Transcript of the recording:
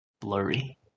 blurry